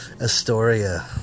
Astoria